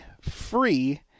free